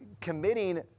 committing